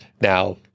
Now